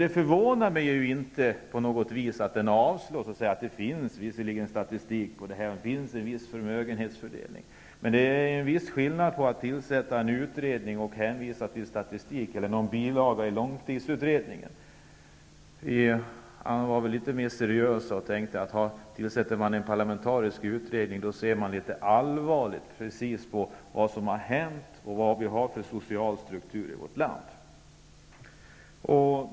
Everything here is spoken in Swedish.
Det förvånar mig inte på något sätt att motionen avstyrks och att det bara konstateras att det finns statistik på det här och att det finns en viss förmögenhetsfördelning. Men det är skillnad mellan att tillsätta en utredning och att hänvisa till statistik eller en bilaga i långtidsutredningen. Johan Lönnroth var väl litet mera seriös och tänkte att man genom att tillsätta en parlamentarisk utredning visar att man ser allvarligt på vad som har hänt och vad vi har för social struktur i vårt land.